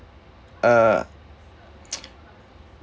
uh